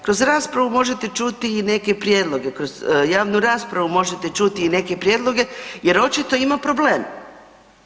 Kroz raspravu možete čuti i neke prijedloge, kroz javnu raspravu možete čuti i neke prijedloge jer očito ima problema.